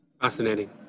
Fascinating